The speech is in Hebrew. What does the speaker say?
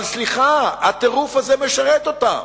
אבל סליחה, הטירוף הזה משרת אותם.